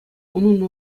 унӑн